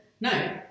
No